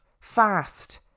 fast